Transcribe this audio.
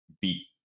beat